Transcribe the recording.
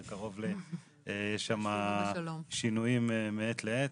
יש שם שינויים מעת לעת.